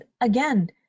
again